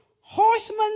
horsemen